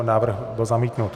Návrh byl zamítnut.